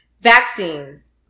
Vaccines